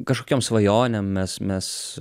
kažkokiom svajonėm mes mes